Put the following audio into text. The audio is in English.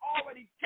already